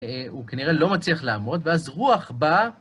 הוא כנראה לא מצליח לעמוד, ואז רוח בא.